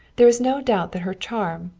there is no doubt that her charm,